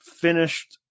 finished